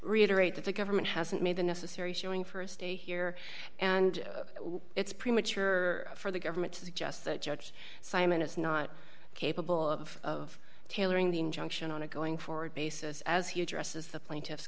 reiterate that the government hasn't made the necessary showing for a stay here and it's premature for the government to suggest that judge simon is not capable of tailoring the injunction on a going forward basis as he addresses the plaintiff